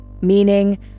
meaning